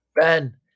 Ben